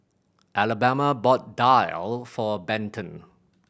Alabama bought daal for Benton